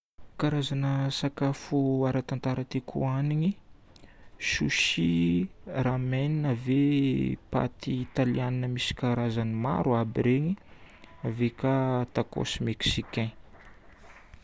Karazagna sakafo ara-tantara tiako hohanigny: sushi, ramen, ave paty italiana misy karazany maro aby regny. Ave ka tacos mexicain.